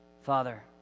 Father